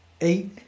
Eight